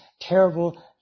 terrible